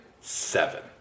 seven